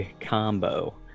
combo